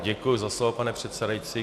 Děkuji za slovo, pane předsedající.